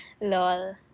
Lol